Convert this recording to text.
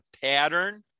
pattern